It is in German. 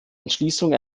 entschließung